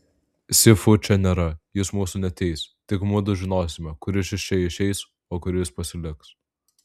si fu čia nėra jis mūsų neteis tik mudu žinosime kuris iš čia išeis o kuris pasiliks